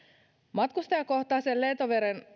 matkustajakohtaisen lentoveron